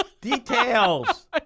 Details